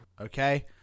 Okay